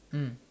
mm